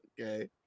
okay